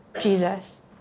Jesus